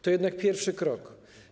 To jednak pierwszy krok.